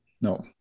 No